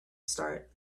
start